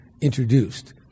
introduced